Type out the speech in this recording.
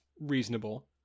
reasonable